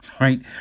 right